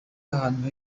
ahantu